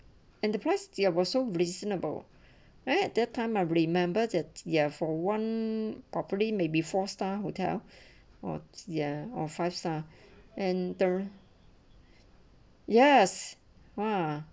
and the price there also reasonable right at that time I remember that ya for one property may be four star hotel or ya or five star anther yes !wah!